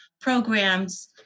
programs